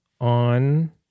on